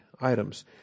items